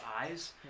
eyes